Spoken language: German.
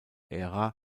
ära